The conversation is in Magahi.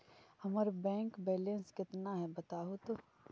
हमर बैक बैलेंस केतना है बताहु तो?